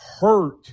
hurt